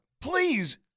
Please